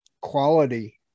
quality